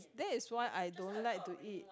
that is why I don't like to eat